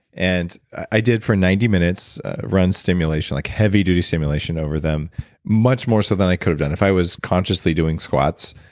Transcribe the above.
and i did for ninety minutes run stimulation, like heavy duty stimulation over them much more so than i could have done if i was consciously doing squats.